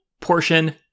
portion